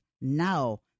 now